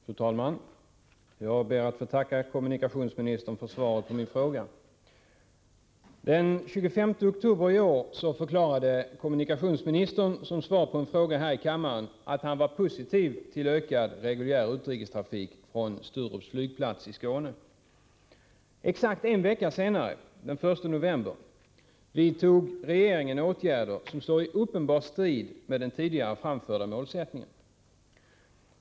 Fru talman! Jag ber att få tacka kommunikationsministern för svaret på min fråga. Den 25 oktober i år förklarade kommunikationsministern som svar på en fråga här i kammaren att han var positiv till ökad reguljär utrikestrafik från Sturups flygplats i Skåne. Exakt en vecka senare, den 1 november, vidtog regeringen åtgärder som står i uppenbar strid med den tidigare angivna målsättningen.